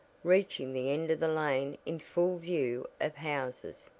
reaching the end of the lane in full view of houses,